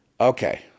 Okay